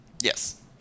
Yes